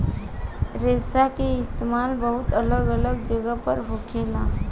रेशा के इस्तेमाल बहुत अलग अलग जगह पर होखेला